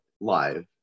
live